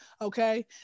Okay